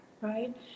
right